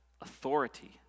authority